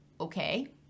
okay